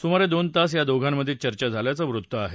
सुमारे दोन तास या दोघांमध्ये चर्चा झाल्याचं वृत्त आहे